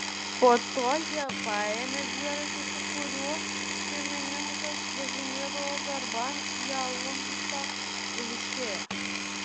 po to jie paėmė dviratį su kuriuo šeimininkas važinėdavo darban į aluntą ir išėjo